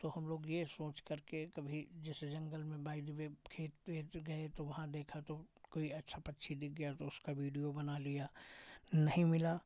तो हम लोग ये सोच करके कभी जैसे जंगल में बाई द वे खेत पे ऐसे गए तो वहाँ देखा तो कोई अच्छा पक्षी दिख गया तो उसका वीडियो बना लिया नहीं मिला